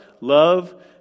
Love